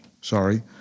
sorry